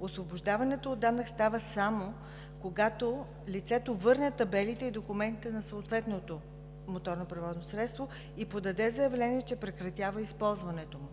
Освобождаването от данък става само, когато лицето върне табелите и документа на съответното моторно превозно средство и подаде заявление, че прекратява използването му.